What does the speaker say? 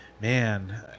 Man